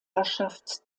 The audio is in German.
herrschaft